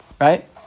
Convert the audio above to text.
right